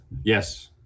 Yes